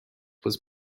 was